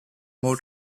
more